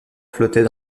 flottait